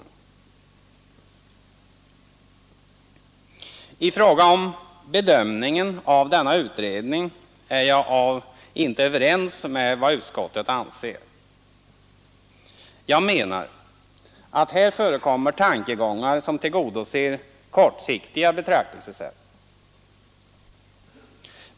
I denna bedömning av utredningsrapporten kan jag inte instämma. Jag menar att här framkommer tankegångar som tillgodoser kortsiktiga hänsyn.